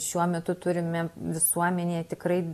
šiuo metu turime visuomenėje tikrai